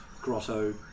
grotto